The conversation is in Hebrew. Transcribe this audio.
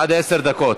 עד עשר דקות.